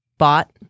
Bought